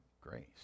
grace